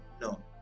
no